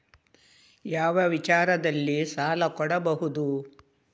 ಯಾವ ವಿಚಾರದಲ್ಲಿ ಸಾಲ ಕೊಡಬಹುದು?